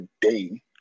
day